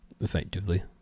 effectively